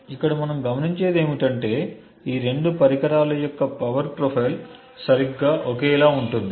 ఇక్కడ మనం గమనించేది ఏమిటంటే ఈ రెండు పరికరాల యొక్క పవర్ ప్రొఫైల్ సరిగ్గా ఒకేలా ఉంటుంది